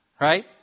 Right